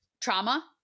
trauma